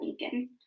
Lincoln